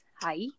Hi